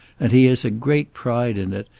and he has great pride in it.